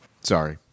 Sorry